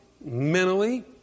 mentally